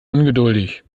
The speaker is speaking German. ungeduldig